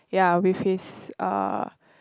ya with his uh